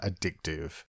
addictive